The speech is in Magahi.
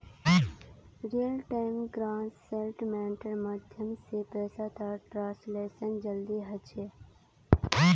रियल टाइम ग्रॉस सेटलमेंटेर माध्यम स पैसातर ट्रांसैक्शन जल्दी ह छेक